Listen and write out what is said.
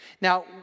Now